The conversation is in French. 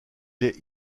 est